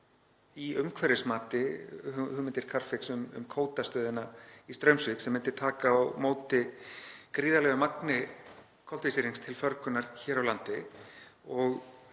í umhverfismati hugmyndir um Coda-stöðina í Straumsvík sem myndi taka á móti gríðarlegu magni koltvísýrings til förgunar hér á landi og